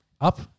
up –